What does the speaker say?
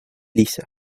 lisa